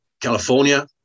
California